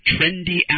trendy